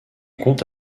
compte